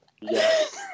Yes